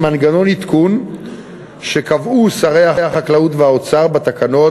מנגנון עדכון שקבעו שרי החקלאות והאוצר בתקנות,